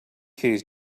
keys